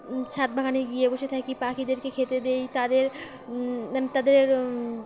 ছাদ বাগানে গিয়ে বসে থাকি পাখিদেরকে খেতে দেই তাদের তাদের